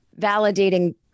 validating